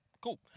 cool